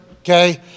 Okay